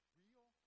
real